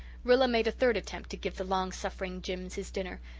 rilla made a third attempt to give the long-suffering jims his dinner,